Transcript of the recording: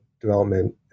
development